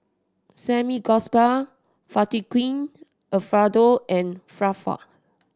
Samgyeopsal Fettuccine Alfredo and